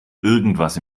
irgendwas